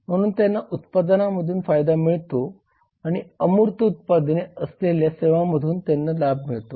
म्हणून त्यांना उत्पादनामधून फायदा मिळतो आणि अमूर्त उत्पादने असलेल्या सेवांमधून त्यांना लाभ मिळतो